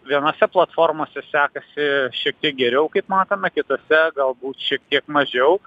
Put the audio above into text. vienose platformose sekasi šiek tiek geriau kaip matome kitose galbūt šiek tiek mažiau